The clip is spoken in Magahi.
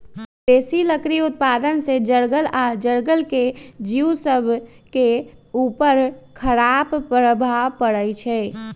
बेशी लकड़ी उत्पादन से जङगल आऽ जङ्गल के जिउ सभके उपर खड़ाप प्रभाव पड़इ छै